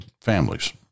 families